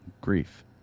grief